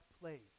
place